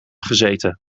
gezeten